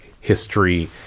history